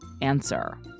answer